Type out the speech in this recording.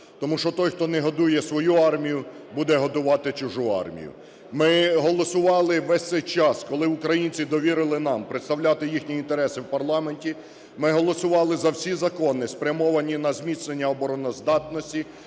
тому що той, хто не годує свою армію, буде годувати чужу армію. Ми голосували весь цей час, коли українці довірили нам представляти їхні інтереси в парламенті, ми голосували за всі закони, спрямовані на зміцнення обороноздатності,